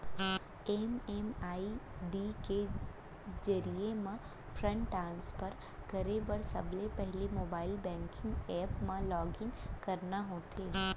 MMID के जरिये म फंड ट्रांसफर करे बर सबले पहिली मोबाइल बेंकिंग ऐप म लॉगिन करना होथे